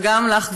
וגם לך,